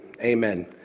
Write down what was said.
Amen